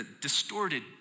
distorted